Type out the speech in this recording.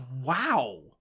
wow